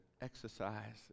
exercise